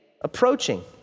approaching